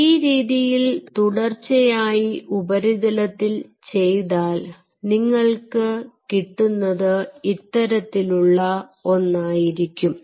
ഈ രീതിയിൽ തുടർച്ചയായി ഉപരിതലത്തിൽ ചെയ്താൽ നിങ്ങൾക്ക് കിട്ടുന്നത് ഇത്തരത്തിലുള്ള ഒന്നായിരിക്കും